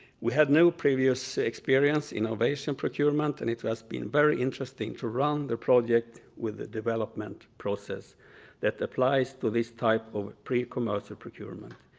we had no previous experience innovation procurement and it has been very interesting to run the project with the development process that applies to this type of pre-commercial procurement.